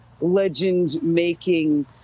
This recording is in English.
legend-making